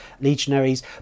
legionaries